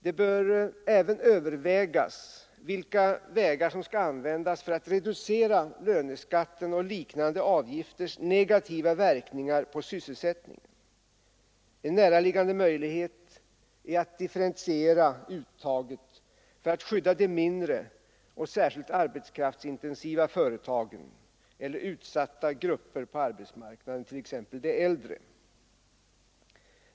Det bör även övervägas vilka metoder som skall användas för att reducera löneskattens och liknande avgifters negativa verkningar på sysselsättningen. En näraliggande möjlighet är att differentiera uttaget för att skydda de mindre och särskilt arbetskraftsintensiva företagen eller utsatta grupper på arbetsmarknaden, t.ex. de äldre.